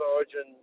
Origin